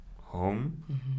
home